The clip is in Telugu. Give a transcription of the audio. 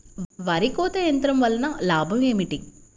వరి కోత యంత్రం వలన లాభం ఏమిటి?